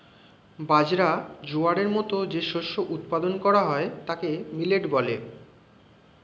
বাজরা, জোয়ারের মতো যে শস্য উৎপাদন করা হয় তাকে মিলেট বলে